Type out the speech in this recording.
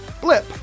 blip